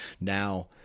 Now